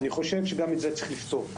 אני חושב שגם את זה צריך לפתור.